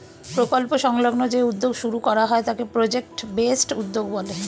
প্রকল্প সংলগ্ন যে উদ্যোগ শুরু করা হয় তাকে প্রজেক্ট বেসড উদ্যোগ বলে